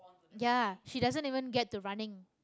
ya she doesn't even get to running